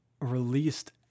released